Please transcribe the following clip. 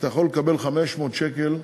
אתה יכול לקבל 500 שקל פנסיה.